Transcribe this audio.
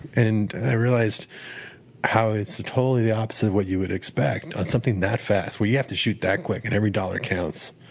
and i realized how it's totally the opposite of what you would expect on something that fast, where you have to shoo that quick and every dollar counts.